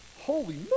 holy